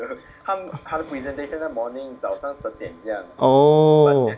oh